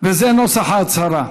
וזה נוסח ההצהרה: